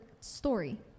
story